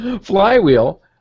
Flywheel